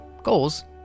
goals